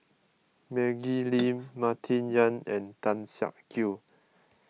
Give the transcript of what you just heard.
Maggie Lim Martin Yan and Tan Siak Kew